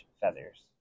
feathers